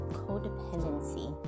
codependency